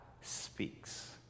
speaks